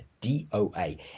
D-O-A